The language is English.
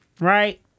right